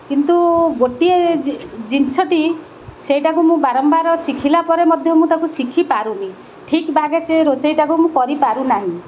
କିନ୍ତୁ ଗୋଟିଏ ଜିନିଷଟି ସେଇଟାକୁ ମୁଁ ବାରମ୍ବାର ଶିଖିଲା ପରେ ମଧ୍ୟ ମୁଁ ତା'କୁ ଶିଖିପାରୁନି ଠିକ୍ ଭାବେ ସେ ରୋଷେଇଟାକୁ ମୁଁ କରିପାରୁ ନାହିଁ